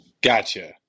Gotcha